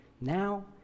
now